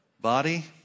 Body